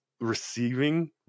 receiving